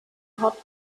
hot